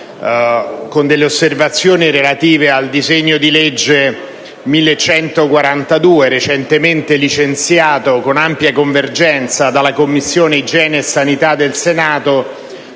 con delle osservazioni relative al disegno di legge n. 1142, recentemente licenziato con ampia convergenza dalla Commissione igiene e sanità del Senato,